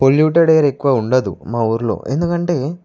polluted air ఎక్కువ ఉండదు మా ఊరిలో ఎందుకంటే